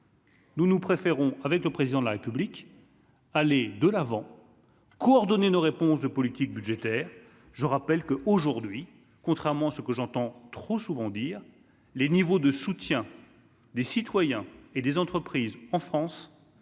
Nous, nous préférons avec le président de la République, aller de l'avant, coordonner nos réponses de politique budgétaire, je rappelle que, aujourd'hui, contrairement à ce que j'entends trop souvent dire les niveaux de soutien des citoyens et des entreprises en France